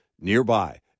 nearby